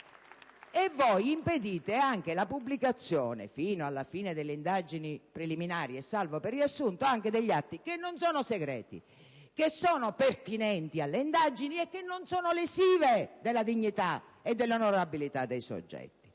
Ed impedite anche la pubblicazione, fino alla fine delle indagini preliminari e salvo per riassunto, anche degli atti che non sono segreti, che sono pertinenti alle indagini e che non sono lesivi della dignità e onorabilità dei soggetti.